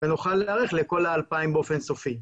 ונוכל להיערך לכל ה-2,000 באופן סופי.